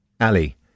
Ali